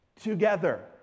together